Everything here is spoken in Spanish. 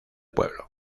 pueblo